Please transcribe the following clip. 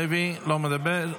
לא מדבר,